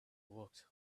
looked